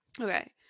Okay